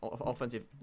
offensive